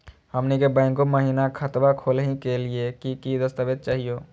हमनी के बैंको महिना खतवा खोलही के लिए कि कि दस्तावेज चाहीयो?